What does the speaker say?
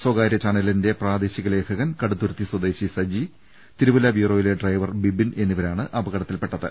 സ്വകാര്യ ചാനലിന്റെ പ്രാദേശിക ലേഖകൻ കടുത്തു രുത്തി സ്വദേശി സജി തിരുവല്ല ബ്യൂറോയിലെ ഡ്രൈവർ ബിബിൻ എന്നിവരാണ് അപകടത്തിൽപ്പെട്ടത്